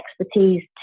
expertise